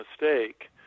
mistake